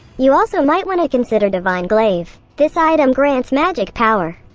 you also might want to consider divine glaive. this item grants magic power.